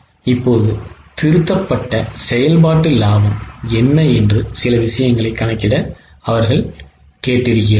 இப்போது திருத்தப்பட்ட செயல்பாட்டு லாபம் என்ன என்று சில விஷயங்களை கணக்கிட அவர்கள் எங்களிடம் கேட்டார்கள்